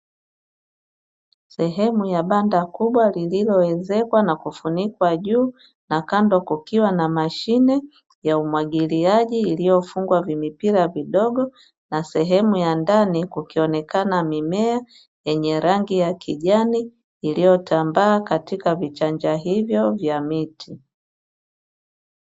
Sehemu ya banda kubwa lililoezekwa na kufunikwa juu, na kando kukiwa na mashine ya umwagiliaji, iliyofungwa na vimipira vidogo na sehemu ya ndani kukionekana mimea yenye rangi ya kijani, iliyotambaa katika vichanja hivyo vya miti.